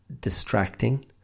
distracting